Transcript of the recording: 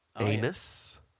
anus